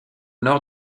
nord